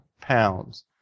pounds